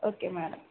okay madam